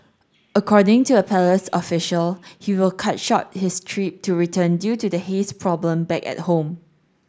according to a palace official he will cut short his trip to return due to the haze problem back at home